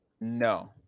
No